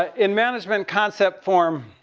in management concept form,